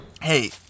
Hey